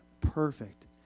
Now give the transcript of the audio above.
perfect